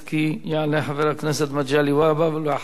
יעלה חבר הכנסת מגלי והבה, ואחריו,